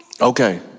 Okay